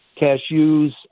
cashews